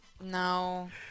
No